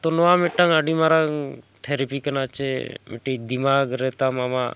ᱛᱚ ᱱᱚᱣᱟ ᱢᱤᱫᱴᱟᱝ ᱟᱹᱰᱤ ᱢᱟᱨᱟᱝ ᱛᱷᱮᱨᱟᱯᱤ ᱠᱟᱱᱟ ᱥᱮ ᱢᱤᱫᱴᱤᱡ ᱫᱤᱢᱟᱠ ᱨᱮ ᱛᱟᱢ ᱟᱢᱟᱜ